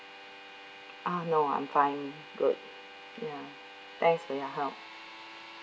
uh no I'm fine good ya thanks for your help